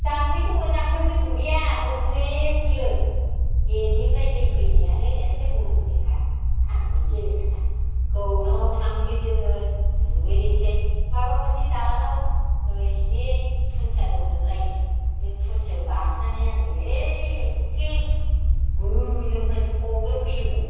जाम्फै दं जाम्फैयाव जों दुगैया गुबुंले फैयो गेटनिफ्राय दै फैनायानो एखे गुबुंले खा आं हयले गेलेखाया गौराङाव थांनोसै जोङो दुगै हैनोसै माबा मोनसे दालाङाव नैसिनि खुनथिया दंमोनलायनो बे खुनथियाव गाखोनानै आङो एखखे गोजौनिफ्राय थब्ल'फैयोमोन